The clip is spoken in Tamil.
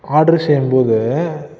ஆர்டர் செய்யும் போது